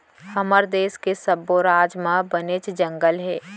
हमर देस के सब्बो राज म बनेच जंगल हे